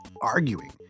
arguing